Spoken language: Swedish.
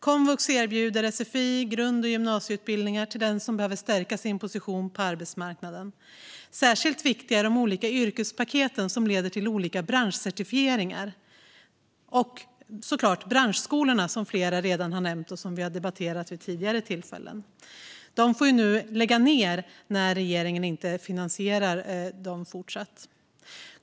Komvux erbjuder sfi, grundutbildningar och gymnasieutbildningar till dem som behöver stärka sin position på arbetsmarknaden. Särskilt viktiga är de yrkespaket som leder till olika branschcertifieringar samt såklart branschskolorna, som flera redan har nämnt och som vi har debatterat vid tidigare tillfällen. Branschskolorna får nu lägga ned, eftersom regeringen i fortsättningen inte finansierar dem.